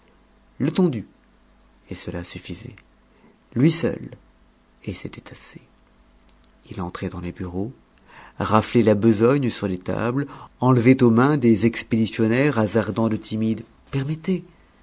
letondu et cela suffisait lui seul et c'était assez il entrait dans les bureaux raflait la besogne sur les tables enlevait aux mains des expéditionnaires hasardant de timides permettez